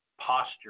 posture